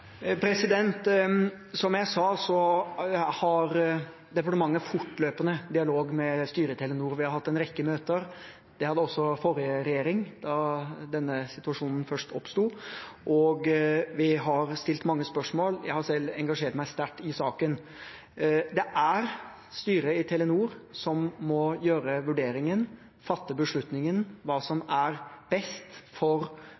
Som jeg sa, har departementet fortløpende dialog med styret i Telenor. Vi har hatt en rekke møter, det hadde også den forrige regjeringen, da denne situasjonen først oppsto. Vi har stilt mange spørsmål, og jeg har selv engasjert meg sterkt i saken. Det er styret i Telenor som må gjøre vurderingen og fatte beslutningen om hva som er best for